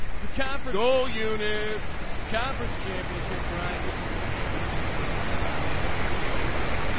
it's a camp for all units conference championships right. and this is the san francisco ah podcast. if you listen to this.